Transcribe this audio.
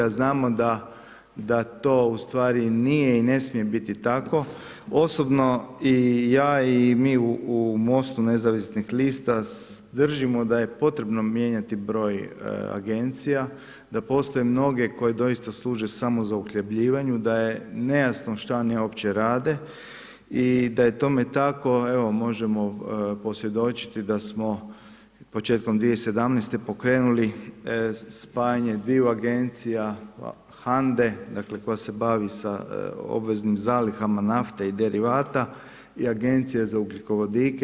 Znamo da to u stvari nije i ne smije biti tako, osobno i ja i mi u Mostu nezavisnih lista držimo da je potrebno mijenjati broj agencija, da postoje mnoge koje doista služe samo za uhljebljivanje, da je nejasno šta oni uopće rade i da je tome tako evo možemo posvjedočiti da smo početkom 2017. pokrenuli spajanje dviju agencija HANDE, dakle koja se bavi sa obveznim zalihama nafte i derivata i Agencija za ugljikovodike.